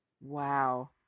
Wow